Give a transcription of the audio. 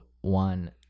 one